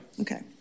okay